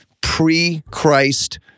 pre-Christ